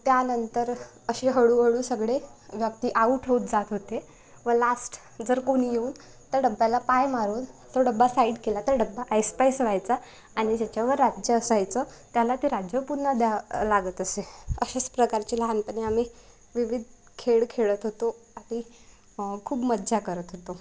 त्यानंतर असे हळूहळू सगळे व्यक्ती आऊट होत जात होते व लास्ट जर कोणी येऊन त्या डब्याला पाय मारून तो डबा साईड केला तर डबा ऐसपैस व्हायचा आणि ज्याच्यावर राज्य असायचं त्याला ते राज्य पुन्हा द्या लागत असे अशाच प्रकारचे लहानपणी आम्ही विविध खेळ खेळत होतो आणि खूप मज्जा करत होतो